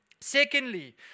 Secondly